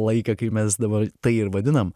laiką kai mes dabar tai ir vadiname